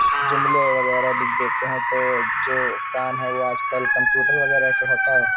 جملے وغیرہ لکھ دیتے ہیں تو جو کام ہے وہ آج کل کمپیوٹر وغیرہ سے ہوتا ہے